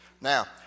Now